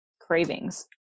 cravings